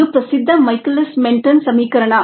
ಇದು ಪ್ರಸಿದ್ಧ Michaelis -Menten -Menten ಸಮೀಕರಣ